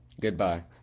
Goodbye